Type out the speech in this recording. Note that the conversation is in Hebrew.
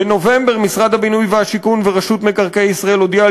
בנובמבר משרד הבינוי והשיכון ורשות מקרקעי ישראל הודיעו